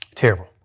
Terrible